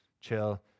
chill